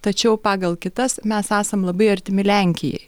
tačiau pagal kitas mes esam labai artimi lenkijai